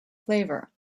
flavor